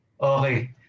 Okay